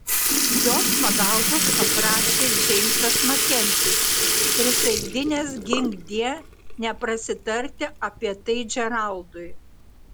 jos pagalbos paprašė džeimsas makenzis prisaikdinęs ginkdie neprasitarti apie tai džeraldui